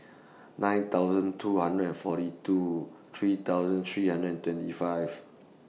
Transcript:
nine thousand two hundred and forty two three thousand three hundred and twenty five